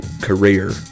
career